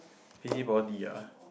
busybody ah